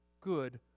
good